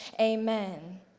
amen